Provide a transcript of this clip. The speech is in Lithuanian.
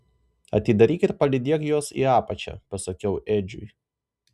atidaryk ir palydėk juos į apačią pasakiau edžiui